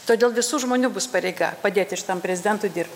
todėl visų žmonių bus pareiga padėti šitam prezidentui dir